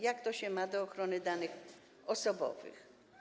Jak to się ma do ochrony danych osobowych?